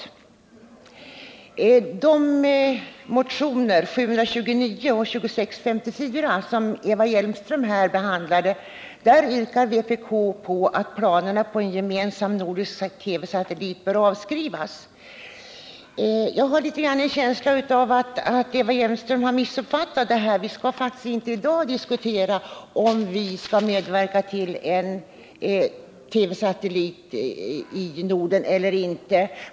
I de motioner, 729 och 2654, som Eva Hjelmström berörde yrkar vpk på att planerna på en gemensam nordisk TV-satellit skall avskrivas. Jag har en känsla av att Eva Hjelmström har missuppfattat det här. Vi diskuterar faktiskt inte i dag om vi skall medverka till en TV-satellit i Norden eller inte.